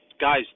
guys